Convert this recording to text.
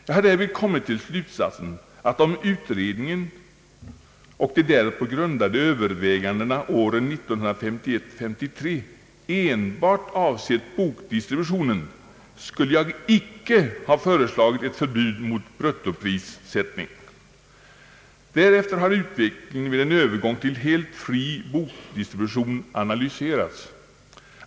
Jag har därvid kommit till slutsatsen, att om utredningen och de därpå grundade övervägandena åren 1951 —1953 enbart avsett bokdistributionen, skulle jag icke ha föreslagit ett förbud mot bruttoprissättning. — Därefter har utvecklingen vid en övergång till helt fri bokdistribution analyserats.